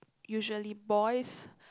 usually boys